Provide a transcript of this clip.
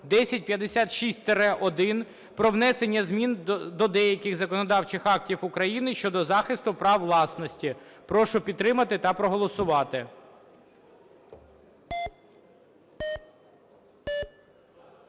1056-1) про внесення змін до деяких законодавчих актів України щодо захисту прав власності. Прошу підтримати та проголосувати.